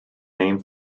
name